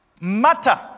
Matter